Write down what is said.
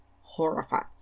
horrified